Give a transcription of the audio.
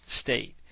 state